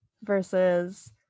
versus